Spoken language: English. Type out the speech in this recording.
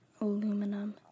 aluminum